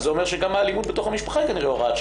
זה אומר שגם האלימות בתוך המשפחה היא כנראה הוראת שעה,